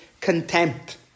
contempt